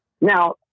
now